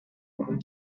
london